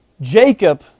Jacob